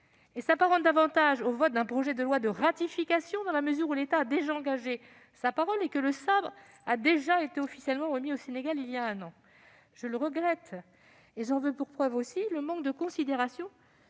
et s'apparente-t-il davantage au vote d'un projet de loi de ratification, dans la mesure où l'État a déjà engagé sa parole et où le sabre a déjà été, il y a un an, officiellement remis au Sénégal- je le regrette. J'en veux pour preuve, aussi, le manque de considération